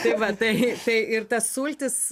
tai va tai tai ir tas sultis